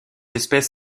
espèce